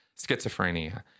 schizophrenia